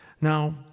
Now